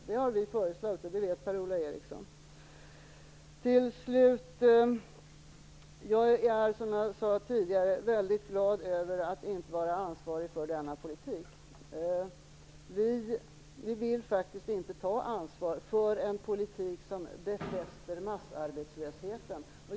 Det har vi föreslagit, och det vet Per-Ola Jag är, som jag sade tidigare, väldigt glad över att inte vara ansvarig för denna politik. Vi i Folkpartiet vill faktiskt inte ta ansvar för en politik som befäster massarbetslösheten.